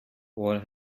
what